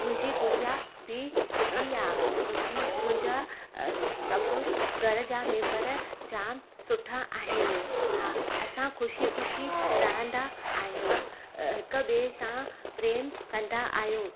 मुंहिंजी गुड़िया बी सुठी आहे मुंहिंजी मुंहिंजा सभु घर जा मेंबर जाम सुठा आहिनि हा असां ख़ुशी ख़ुशी रहंदा आहियूं हिक ॿिए सां प्रेम कंदा आहियूं